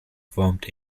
formed